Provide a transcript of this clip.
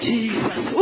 Jesus